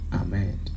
Amen